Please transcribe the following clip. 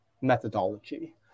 methodology